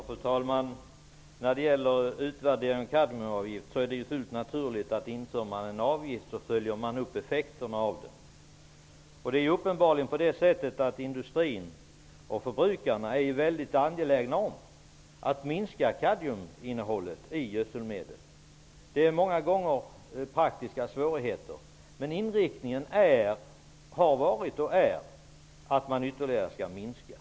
Fru talman! När det gäller utvärderingen av kadmiumavgiften är det fullt naturligt, att inför man en avgift så följer man också upp effekterna av den. Industrin och förbrukarna är uppenbarligen också väldigt angelägna om att minska kadmiuminnehållet i gödselmedel. Det innebär många gånger praktiska svårigheter, men inriktningen har varit och är att kadmiuminnehållet ytterligare skall minskas.